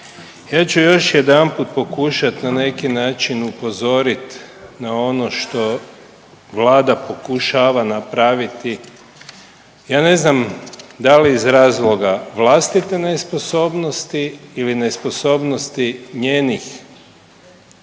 Ja ću još jedanput pokušat na neki način upozorit na ono što Vlada pokušava napraviti, ja ne znam da li iz razloga vlastite nesposobnosti ili nesposobnosti njenih